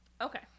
Okay